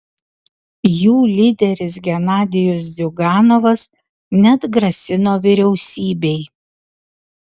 jų lyderis genadijus ziuganovas net grasino vyriausybei